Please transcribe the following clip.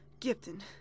Gipton